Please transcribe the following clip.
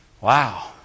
Wow